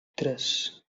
tres